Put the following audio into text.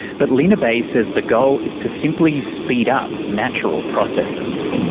but line bay says the goal is to simply speed up natural processes.